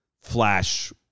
flash